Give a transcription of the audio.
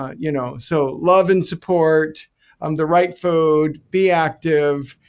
ah you know so love and support um the right food, be active.